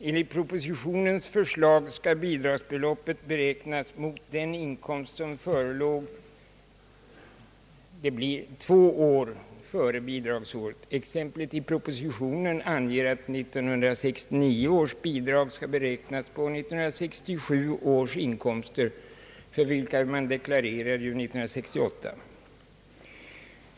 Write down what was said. Enligt propositionens förslag skall bidragsbeloppet beräknas mot den inkomst som förelåg två år före bidragsåret. Exemplet i propositionen anger att 1969 års bidrag skall be räknas på 1967 års inkomster, för vilka man deklarerar 1968.